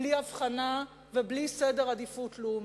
בלי הבחנה ובלי סדר עדיפויות לאומי.